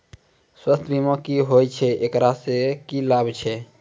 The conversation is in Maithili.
स्वास्थ्य बीमा की होय छै, एकरा से की लाभ छै?